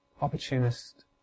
opportunist